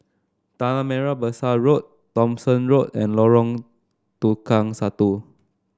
Tanah Merah Besar Road Thomson Road and Lorong Tukang Satu